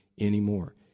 anymore